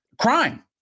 crime